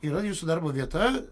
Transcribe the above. yra jūsų darbo vieta